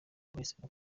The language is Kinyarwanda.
bahisemo